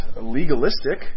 legalistic